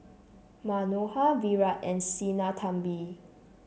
Manohar Virat and Sinnathamby